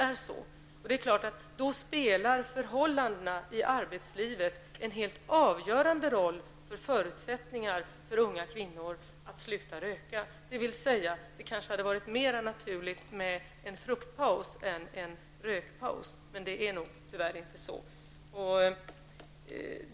Då spelar förhållandena i arbetslivet en helt avgörande roll för förutsättningarna för unga kvinnor att sluta röka, dvs. att det kanske hade varit mera naturligt med en fruktpaus än en rökpaus. Men det är tyvärr inte så.